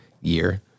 year